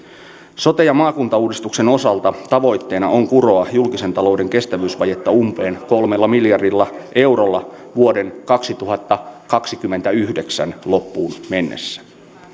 sote ja maakuntauudistuksen osalta tavoitteena on kuroa julkisen talouden kestävyysvajetta umpeen kolmella miljardilla eurolla vuoden kaksituhattakaksikymmentäyhdeksän loppuun mennessä